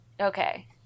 okay